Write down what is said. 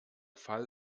fall